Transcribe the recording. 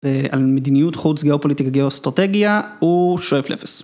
על מדיניות חוץ גיאופוליטיקה גיאואסטרטגיה - הוא שואף לאפס.